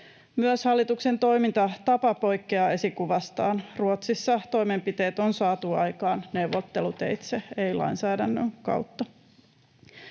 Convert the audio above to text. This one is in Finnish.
Myös hallituksen toimintatapa poikkeaa esikuvastaan. Ruotsissa toimenpiteet on saatu aikaan neuvotteluteitse, ei lainsäädännön kautta.